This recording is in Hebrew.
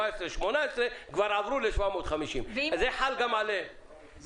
2017 ו-2018 עברו כבר ל-750 - זה חל גם עליהם.